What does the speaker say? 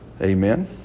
Amen